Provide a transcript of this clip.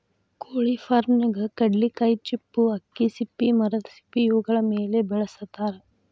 ಕೊಳಿ ಫಾರ್ಮನ್ಯಾಗ ಕಡ್ಲಿಕಾಯಿ ಚಿಪ್ಪು ಅಕ್ಕಿ ಸಿಪ್ಪಿ ಮರದ ಸಿಪ್ಪಿ ಇವುಗಳ ಮೇಲೆ ಬೆಳಸತಾರ